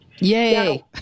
Yay